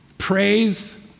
praise